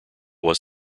was